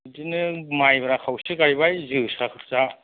बिदिनो माइब्रा खावसे गायबाय जोसा थोसा